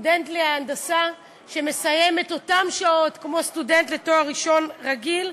שסטודנט להנדסה שמסיים את אותן שעות כמו סטודנט לתואר ראשון רגיל,